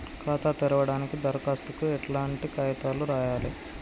ఖాతా తెరవడానికి దరఖాస్తుకు ఎట్లాంటి కాయితాలు రాయాలే?